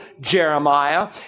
Jeremiah